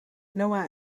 noa